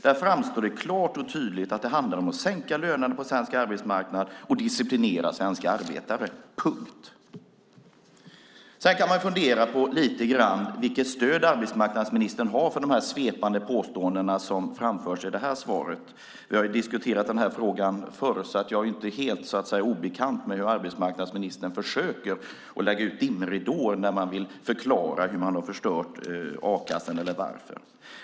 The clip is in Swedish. Där framstår det klart och tydligt att det handlar om att sänka lönerna på den svenska arbetsmarknaden och disciplinera svenska arbetare. Sedan kan man fundera lite grann på vilket stöd arbetsmarknadsministern har för de svepande påståenden som framförs i svaret. Vi har diskuterat den här frågan förr, så jag är inte helt obekant med hur arbetsmarknadsministern försöker lägga ut dimridåer när han vill förklara hur och varför man har förstört a-kassan.